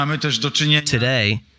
Today